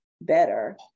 better